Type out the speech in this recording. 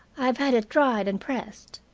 i have had it dried and pressed.